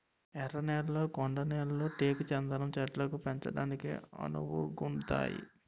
ఎర్ర నేళ్లు కొండ నేళ్లు టేకు చందనం చెట్లను పెంచడానికి అనువుగుంతాయి